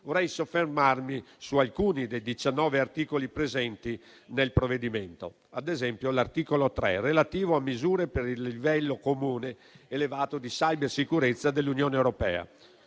Vorrei soffermarmi su alcuni dei diciannove articoli presenti nel provvedimento. Ad esempio, l'articolo 3 è relativo a misure per un livello comune elevato di cybersicurezza dell'Unione europea.